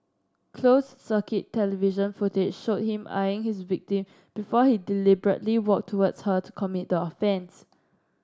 closed circuit television footage showed him eyeing his victim before he deliberately walked towards her to commit the offence